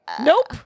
Nope